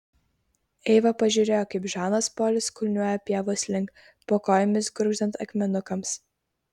eiva pažiūrėjo kaip žanas polis kulniuoja pievos link po kojomis gurgždant akmenukams